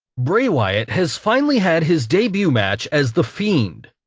bray wyatt has finally had his debut match as the fiend.